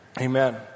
Amen